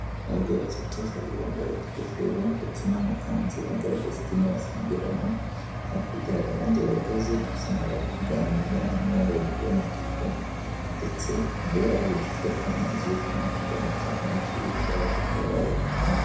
Abagabo batatu babiri bambaye utugofero ndetse n'amakanzu agaragaza idini basengeramo. Hakurya hari abandi bahagaze bisa naho bari kuganira harimo uwambaye umupira w'umutuku, ndetse imbere yaba hari uducu tw'amazi yo kunywa kugirango icyaka ni cyibica babashe kuba bayankwa.